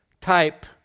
type